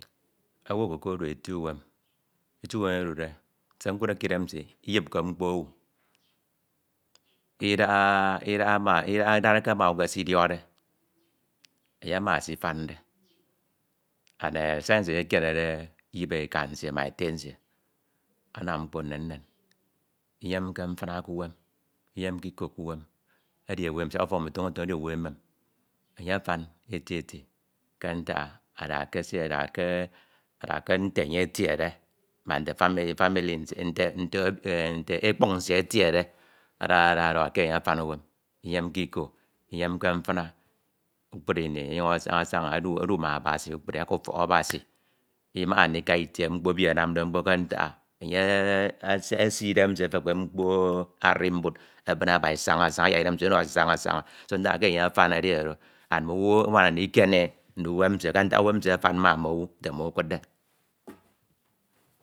Owu oko ekedu eti uwem, eti uwem edude, se nkudde k'uwem nsie, iyipke mkpo owu, iéahama idarake ma owu ke sidiọkde enye ama sifomde amd siariknte enye ekienede iyip eka nsie ma ete nsie, anam mkpo nnen nnen inyemke mfina k'uwen. edi owu emean siak toño toño edi owu emem, enye afan eti eti ke ntak ah ada ke esie ada ke e nte enye etiede ma nte fanuly nsie (unfelligible) nte ke ekpuk nsie nte enye etiede ada oro ada ọdọhọ ke enye atan uwem, myemke iko, inyemke mfina kpukpru mi, ọnyuñ asaña asaña odu ma Abasi k'afọc Abasi imimaha ndika etie mkpo ebi anamde mkpo ke ntak ah enye esi idem nsie efep ke mkpo arimbuɗ ebine Abasi saña saña ayak idem nsie ono Abasi saña saña so ntak ke enye afem edi oro ndo do and mm'owu anwana ndikiene e ndu uwem nsie ke ntak uwem nsie afan ma mm'owu nte mmo ekudde.